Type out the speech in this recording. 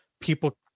people